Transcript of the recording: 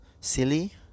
silly